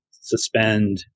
suspend